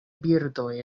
birdoj